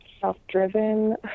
self-driven